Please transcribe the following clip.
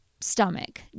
stomach